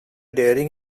daring